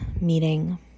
meeting